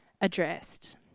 addressed